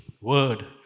Word